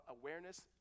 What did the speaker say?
awareness